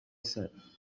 said